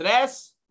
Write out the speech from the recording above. Tres